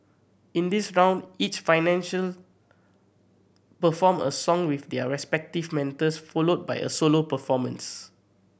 in this round each financial performed a song with their respective mentors followed by a solo performance